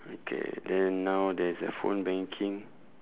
okay then now there's a phone banking